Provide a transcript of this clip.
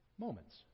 moments